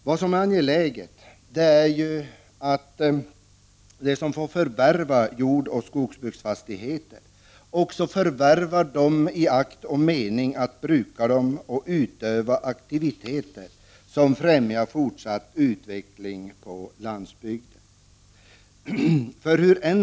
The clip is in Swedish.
Det är angeläget att de som förvärvar jordoch skogsbruksfastigheter verkligen gör det i akt och mening att bruka dem och utöva aktiviteter som främjar fortsatt utveckling på landsbygden.